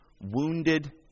wounded